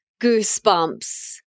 goosebumps